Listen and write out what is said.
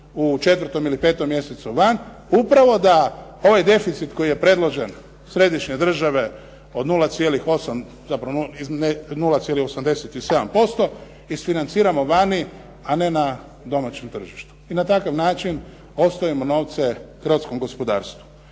u četvrtom ili petom mjesecu van upravo da ovaj deficit koji je predložen središnje države od 0,8 zapravo 0,87% isfinanciramo vani, a ne na domaćem tržištu i na takav način ostavimo novce hrvatskom gospodarstvu.